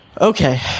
Okay